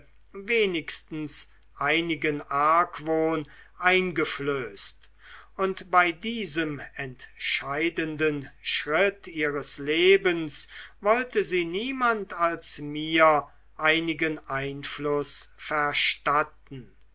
wenigstens einigen argwohn eingeflößt und bei diesem entscheidenden schritt ihres lebens wollte sie niemand als mir einigen einfluß verstatten